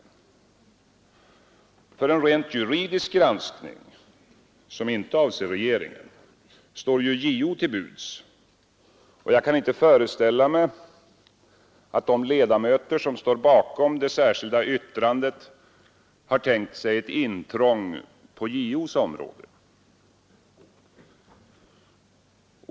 För en rent juridisk granskning, som inte avser regeringen, står ju JO till buds, och jag kan inte föreställa mig att de ledamöter som står bakom det särskilda yttrandet tänkt sig något intrång på JO:s område.